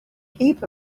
heap